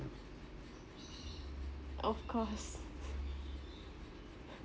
of course